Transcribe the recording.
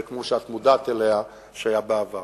וכמו שאת מודעת אליה שהיה בעבר.